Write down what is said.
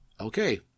Okay